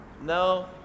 No